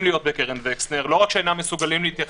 להיות בקרן וקסנר לא רק שלא שאינם מסוגלים להתייחס